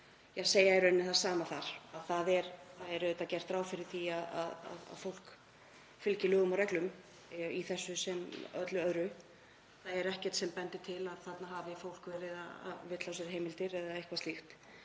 að segja það sama og þar. Það er gert ráð fyrir því að fólk fylgi lögum og reglum í þessu sem öllu öðru. Það er ekkert sem bendir til að þarna hafi fólk verið að villa á sér heimildir eða eitthvað slíkt.